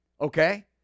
Okay